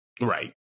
right